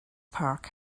park